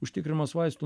užtikrinimas vaistų